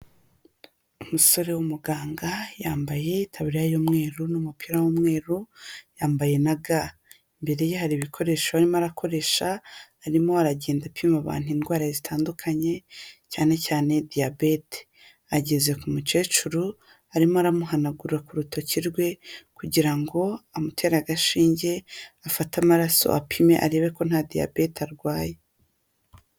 Umusore w'umuganga yambaye itaburiya y'umweru n'umupira w'umweru, yambaye naga, imbere ye ibikoresho arimo arakoresha, arimo aragenda apima abantu indwara zitandukanye cyane cyane diyabete, ageze ku mukecuru arimo aramuhanagura ku rutoki rwe kugira ngo amutere agashinge afate amaraso apime arebe ko nta diyabete arwaye.